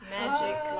magic